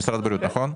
כן.